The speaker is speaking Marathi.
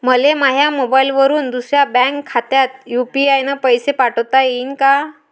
मले माह्या मोबाईलवरून दुसऱ्या बँक खात्यात यू.पी.आय न पैसे पाठोता येईन काय?